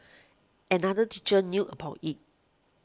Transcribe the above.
another teacher knew about it